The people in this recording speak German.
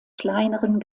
kleineren